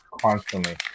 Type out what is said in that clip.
constantly